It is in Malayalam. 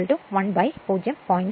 8 n 1 0